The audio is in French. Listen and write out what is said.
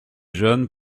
jeunes